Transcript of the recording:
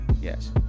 Yes